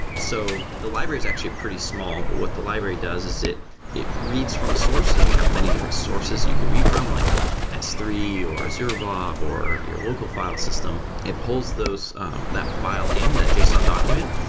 so the library is actually pretty small, but what the library does is it it reads from a source, and we have many different sources you can read from, like s three or zeroblob or your local file system. it pulls those net file in, that json document,